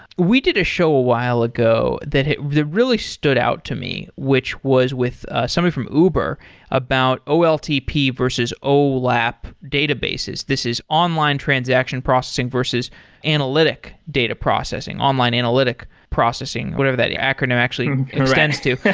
we did a show a while ago that really stood out to me, which was with something from uber about oltp versus olap databases. this is online transaction processing versus analytic data processing, online analytic processing. whatever that acronym actually extends to.